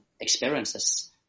experiences